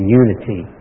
unity